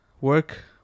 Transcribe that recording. work